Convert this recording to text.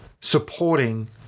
supporting